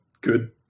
good